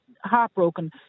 heartbroken